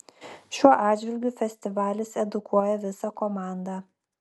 šiuo atžvilgiu festivalis edukuoja visą komandą